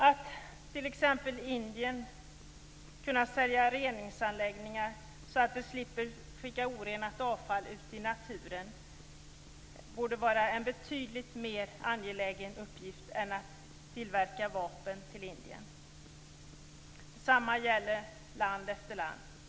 Att till exempelvis Indien kunna sälja reningsanläggningar så att man där slipper skicka orenat avfall ut i naturen borde vara en betydligt mer angelägen uppgift än att tillverka vapen till Indien. Detsamma gäller land efter land.